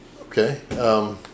Okay